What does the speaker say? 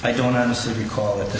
i don't honestly recall this at the